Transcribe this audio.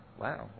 Wow